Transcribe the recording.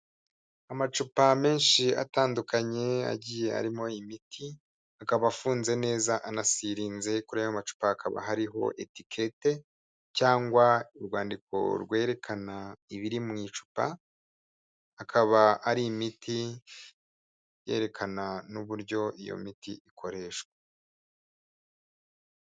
Amacupa menshi atandukanye agiye arimo imiti, akaba afunze neza anasirinze, kuri ayo macupa hakaba hariho etikete, cyangwa urwandiko rwerekana ibiri mu icupa, akaba ari imiti yerekana n'uburyo iyo miti ikoreshwa.